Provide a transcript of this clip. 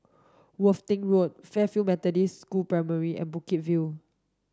Worthing Road Fairfield Methodist School Primary and Bukit View